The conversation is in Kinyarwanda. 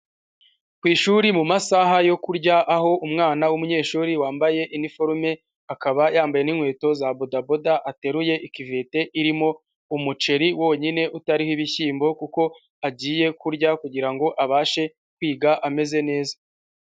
Ku ishuri mu masaha yo kurya aho umwana wumunyeshuri wambaye iniforume, akaba yambaye n'inkweto za bodaboda, ateruye ikivite irimo umuceri wonyine utariho ibishyimbo kuko agiye kurya kugira ngo abashe kwiga ameze neza.